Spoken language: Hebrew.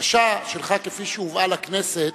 הבקשה שלך, כפי שהובאה לכנסת,